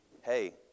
hey